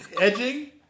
Edging